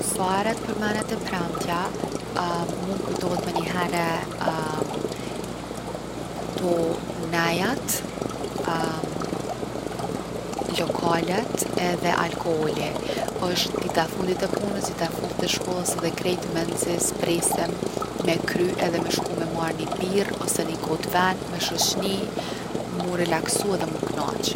Sahere t’përmenet e premtja mu m’kujtohet menihere k’to nejat, lokalet edhe alkooli. Osht dita e fundit e punës, dita e fundit e shkollës edhe krejt menxi s’presim me kry edhe me shku me marrë ni birrë ose ni gotë venë me shoqni, mu relaksu edhe mu knaq.